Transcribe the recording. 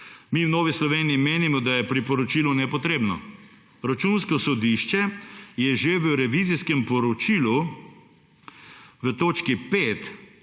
Mi v Novi Sloveniji menimo, da je priporočilo nepotrebno. Računsko sodišče je že v revizijskem poročilu v točki